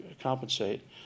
compensate